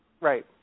Right